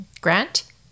grant